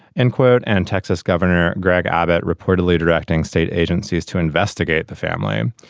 end quote. and texas governor greg abbott reportedly directing state agencies to investigate the family.